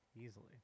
easily